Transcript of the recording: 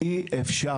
אי אפשר.